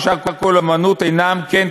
ושאר כל אומנות אינן כן,